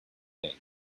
danger